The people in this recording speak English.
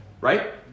Right